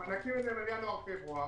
המענקים הם על ינואר-פברואר,